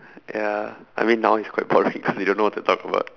ya I mean now i's quite boring cause we don't know what to talk about